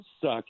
suck